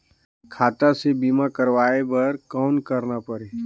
खाता से बीमा करवाय बर कौन करना परही?